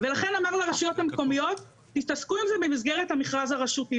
ולכן אמר לרשויות המקומיות תתעסקו עם זה במסגרת המכרז הרשותי.